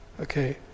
okay